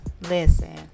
listen